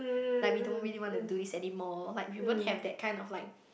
like we don't really wanna do this anymore like we won't have that kind of like